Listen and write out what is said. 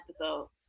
episode